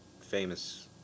famous